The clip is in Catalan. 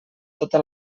tota